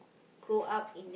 grow up in